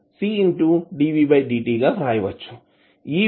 dvdt గా వ్రాయవచ్చు